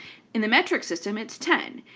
in the metric system, it's ten.